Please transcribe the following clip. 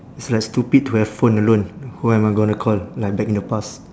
it's like stupid to have phone alone who am I gonna call like back in the past